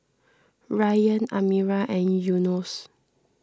Ryan Amirah and Yunos